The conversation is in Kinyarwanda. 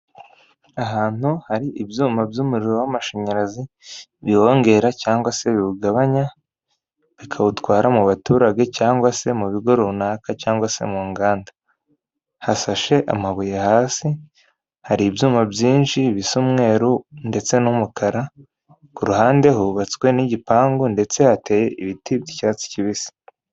Ahantu hari ibyuma by'umuriro w'amashanyarazi, biwongera cyangwa se biwugabanya, bikawutwara mu baturage cyangwa se mu bigo runaka cyangwa se mu nganda. Hasashe amabuye hasi, hari ibyuma byinshi bisa umweru ndetse n'umukara, ku ruhande hubatswe n'igipangu ndetse hateye ibiti by'icyatsi kibisi.